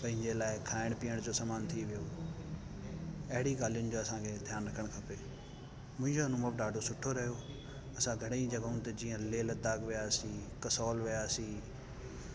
पंहिंजे लाइ खाइण पीअण जो सामान थी वियो अहिड़ी ॻाल्हियुनि जो असांखे ध्यानु रखणु खपे मुंहिंजो अनुभव ॾाढो सुठो रहियो असां घणेई जॻहियुनि ते जीअं लेह लद्दाख वियासीं कसौल वियासीं